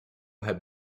had